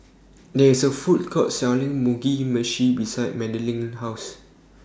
There IS A Food Court Selling Mugi Meshi behind Madilynn's House